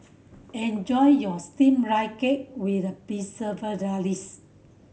enjoy your Steamed Rice Cake with Preserved Radish